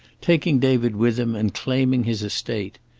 taking david with him, and claiming his estate.